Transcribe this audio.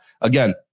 again